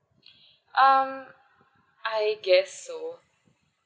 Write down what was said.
um I guess so